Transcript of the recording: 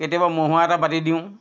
কেতিয়াবা মহুৰা এটা বাটি দিওঁ